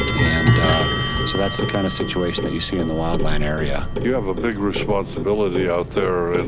and, so that's the kind of situation that you see in the wildland area. you have a big responsibility out there in,